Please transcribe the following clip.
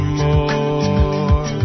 more